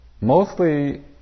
Mostly